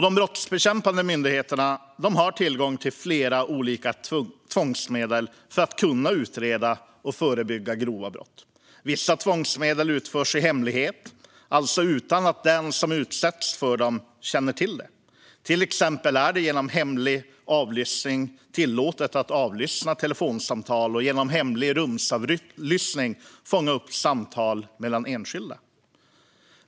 De brottsbekämpande myndigheterna har tillgång till flera olika tvångsmedel för att utreda och förebygga grova brott. Vissa tvångsmedel används i hemlighet, det vill säga utan att den som utsätts för dem känner till det. Det är till exempel tillåtet med hemlig avlyssning av telefonsamtal och hemlig rumsavlyssning för att fånga upp samtal mellan enskilda.